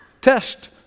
test